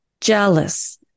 jealous